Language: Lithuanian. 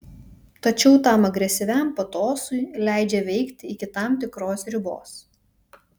tačiau tam agresyviam patosui leidžia veikti iki tam tikros ribos